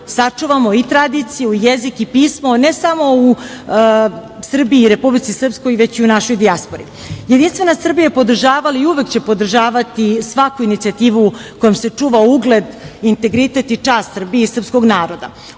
sačuvamo i tradiciju i jezik i pismo, ne samo Srbiji i Republici Srpskoj, već i u našoj dijaspori. Jedinstvena Srbija je podržavala i uvek će podržavati svaku inicijativu kojom se čuva ugled i integritet i čast Srbije i srpskog naroda.